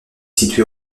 situé